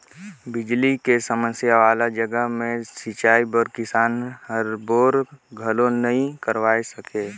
बिजली के समस्या वाला जघा मे सिंचई बर किसान हर बोर घलो नइ करवाये सके